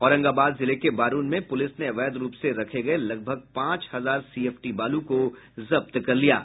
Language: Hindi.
औरंगाबाद जिले के बारून में पुलिस ने अवैध रूप से रखे गए लगभग पांच हजार सीएफटी बालू को जब्त कर लिया है